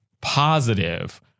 positive